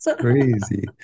crazy